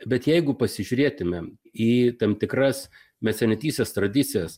bet jeigu pasižiūrėtumėm į tam tikras mecenatystės tradicijas